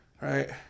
Right